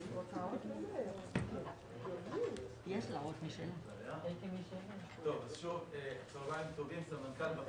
להראות ממש את המצב הקיים היום מה אנחנו הולכים